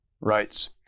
rights